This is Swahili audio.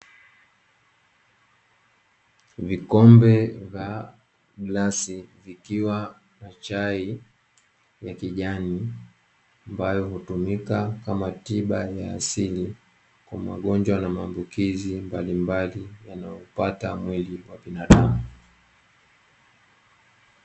Vikombe vya glasi vikiwa na chai ya kijani, ambayo hutumika kama tiba ya asili kwa magonjwa na maambulizi mbalimbali, yanayoupata mwili wa binadamu.